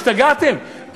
השתגעתם?